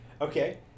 Okay